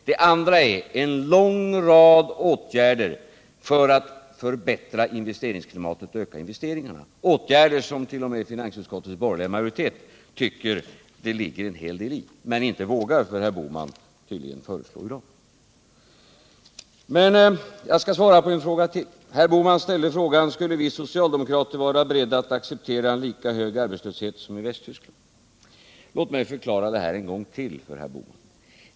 Den andra är en lång rad åtgärder för att förbättra investeringsklimatet och öka investeringarna åtgärder som t.o.m. finansutskottets borgerliga majoritet tycker det ligger en hel del i men tydligen inte — för herr Bohmans skull — vågar föreslå i dag. Jag skall svara på en fråga till. Herr Bohman ställde frågan, om vi socialdemokrater skulle vara beredda att acceptera en lika hög arbetslöshet som i Västtyskland. Låt mig förklara det här en gång till för herr Bohman.